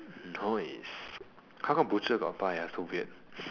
nice how come butcher got pie ah so weird